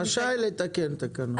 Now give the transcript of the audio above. רשאי לתקן תקנות.